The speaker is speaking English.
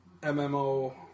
MMO